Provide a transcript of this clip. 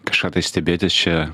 kažką tai stebėtis čia